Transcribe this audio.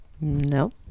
No